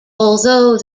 although